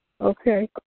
Okay